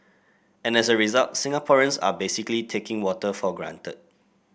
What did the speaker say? and as a result Singaporeans are basically taking water for granted